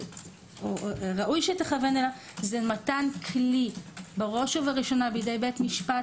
ראוי שתכוון אליו מתן כלי בראש ובראשונה בידי בית משפט,